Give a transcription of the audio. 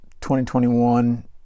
2021